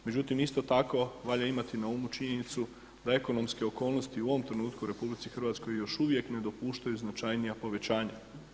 Međutim, isto tako valja imati na umu činjenicu da ekonomske okolnosti u ovom trenutku u RH još uvijek ne dopuštaju značajnija povećanja.